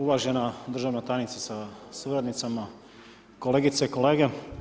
Uvažena državna tajnice sa suradnicama, kolegice i kolege.